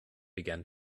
began